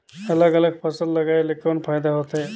अलग अलग फसल लगाय ले कौन फायदा होथे?